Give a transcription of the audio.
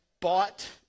bought